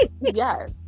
Yes